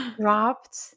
dropped